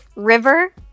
River